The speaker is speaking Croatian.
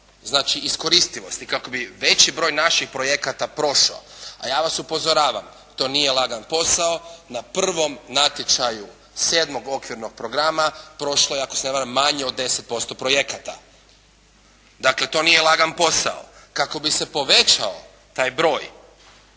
znači iskoristivost i kako bi veći broj naših projekata prošao a ja vas upozoravam to nije lagan posao. Na prvom natječaju 7. Okvirnog programa prošlo je ako se ne varam manje od 10% projekata. Dakle, to nije lagan posao. Kako bi se povećao taj broj